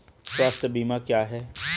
स्वास्थ्य बीमा क्या है?